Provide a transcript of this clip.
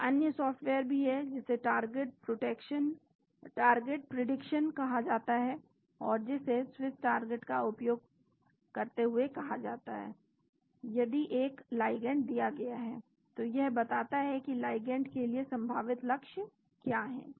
एक अन्य सॉफ्टवेयर भी है जिसे टारगेट प्रेडिक्शन कहा जाता है और जिसे स्विस टारगेट का उपयोग करते हुए कहा जाता है यदि एक लिगैंड दिया गया है तो यह बताता है कि लिगैंड के लिए संभावित लक्ष्य क्या हैं